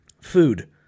Food